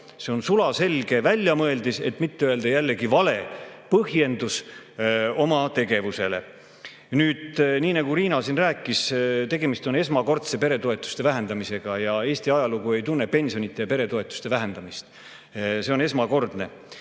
See on sulaselge väljamõeldis, et mitte öelda jällegi vale põhjendus oma tegevusele. Nüüd, nii nagu Riina siin rääkis, tegemist on esmakordse peretoetuste vähendamisega. Eesti ajalugu ei tunne pensionide ja peretoetuste vähendamist. See on esmakordne.